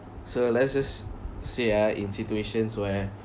so let's just say ah in situations where